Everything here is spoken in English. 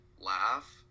laugh